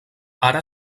ara